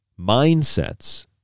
mindsets